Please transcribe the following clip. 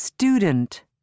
student